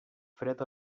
fred